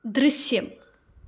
ദൃശ്യം